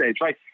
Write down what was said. right